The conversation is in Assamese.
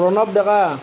প্ৰণৱ ডেকা